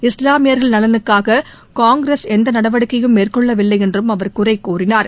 இஸ்லாமியர்கள் நலனுக்காக காங்கிரஸ் எந்த நடவடிக்கையயும் மேற்கொள்ளவில்லை என்றும் அவர் குறை கூறினார்